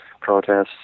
protests